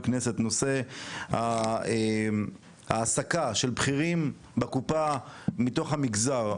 הכנסת הנושא של העסקת בכירים בקופה מתוך המגזר,